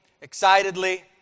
excitedly